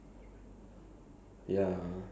I will ask my boss after this lah